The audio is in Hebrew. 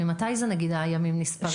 ממתי הימים נספרים?